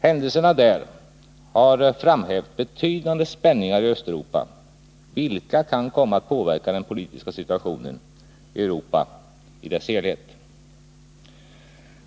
Händelserna där har framhävt betydande spänningar i Östeuropa, vilka kan komma att påverka den politiska situationen i Europa i dess helhet.